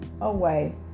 away